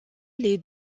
les